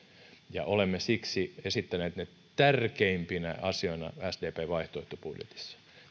olemme siksi esittäneet ne tärkeimpinä asioina sdpn vaihtoehtobudjetissa